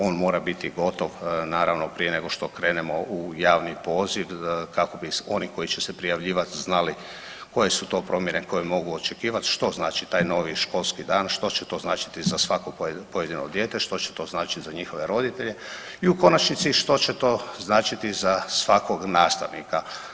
On mora biti gotovo naravno prije nego što krenemo u javni poziv kako bi oni koji će se prijavljivati znali koje su to promjene koje mogu očekivati, što znači taj novi školski dan, što će to značiti za svako pojedino dijete, što će to značiti za njihove roditelje i u konačnici što će to značiti za svakog nastavnika.